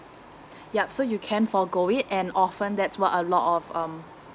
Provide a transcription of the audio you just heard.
yup so you can forgo it and often that's what a lot of um